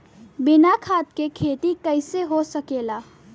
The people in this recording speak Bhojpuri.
बिना खाद के खेती कइसे हो सकेला?